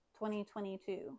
2022